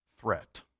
threat